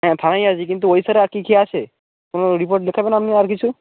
হ্যাঁ থানায় আছি কিন্তু ওই ছাড়া আর কী কী আছে কোনো রিপোর্ট লেখাবেন আপনি আর কিছু